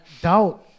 doubt